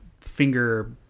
finger